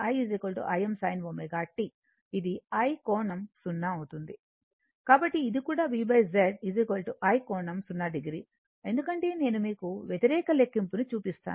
కాబట్టి ఇది కూడా V Z i కోణం 0 o ఎందుకంటే నేను మీకు వ్యతిరేక లెక్కింపును చూపిస్తాను